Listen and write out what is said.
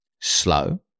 slow